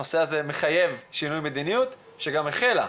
לדעתי הנושא הזה מחייב שינוי מדיניות, שגם החלה.